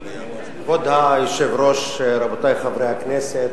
כבוד היושב-ראש, רבותי חברי הכנסת,